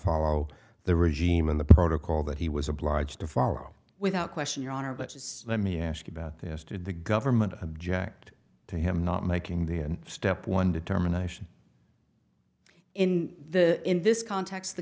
follow the regime and the protocol that he was obliged to follow without question your honor but let me ask about this did the government object to him not making the end step one determination in the in this context the